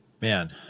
Man